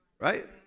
right